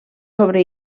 sobre